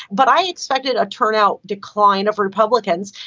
but i expected a turnout decline of republicans.